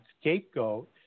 scapegoat